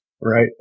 right